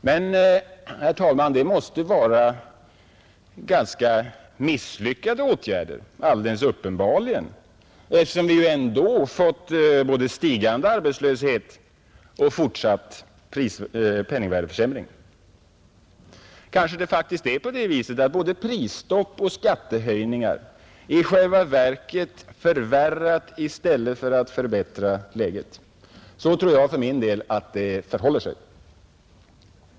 Men det måste alldeles uppenbarligen vara ganska misslyckade åtgärder, eftersom vi ändå har fått både stigande arbetslöshet och fortsatt penningvärdeförsämring. Kanske det är så att både prisstopp och skattehöjningar i själva verket förvärrat i stället för förbättrat läget? Ja, så tror jag för min del att det förhåller sig.